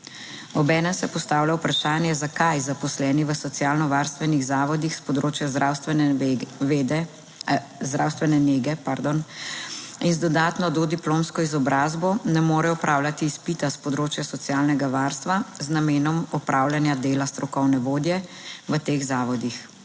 Obenem se postavlja vprašanje zakaj zaposleni v socialno varstvenih zavodih s področja zdravstvene vede, zdravstvene nege, pardon, in z dodatno dodiplomsko izobrazbo ne morejo opravljati izpita s področja socialnega varstva z namenom opravljanja dela strokovne vodje v teh zavodih?